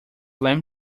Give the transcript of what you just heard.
lamp